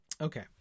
Okay